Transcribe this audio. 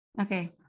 Okay